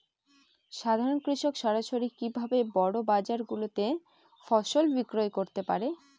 সাধারন কৃষক সরাসরি কি ভাবে বড় বাজার গুলিতে ফসল বিক্রয় করতে পারে?